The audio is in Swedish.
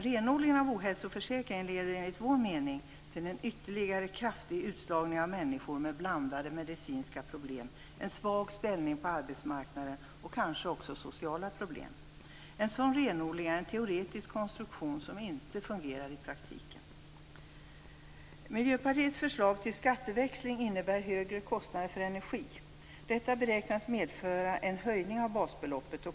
Renodlingen av ohälsoförsäkringen leder enligt vår mening till en ännu kraftigare utslagning av människor med blandade medicinska problem, en svag ställning på arbetsmarknaden och kanske också sociala problem. En sådan renodling är en teoretisk konstruktion som inte fungerar i praktiken. Miljöpartiets förslag till skatteväxling innebär högre kostnader för energi. Detta beräknas medföra en höjning av basbeloppet.